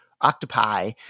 octopi